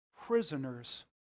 prisoners